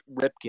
Ripken